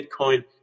Bitcoin